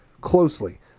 closely